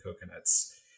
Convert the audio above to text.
coconuts